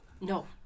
No